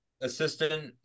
Assistant